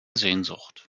sehnsucht